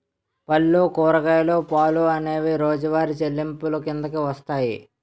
పళ్ళు కూరగాయలు పాలు అనేవి రోజువారి చెల్లింపులు కిందకు వస్తాయి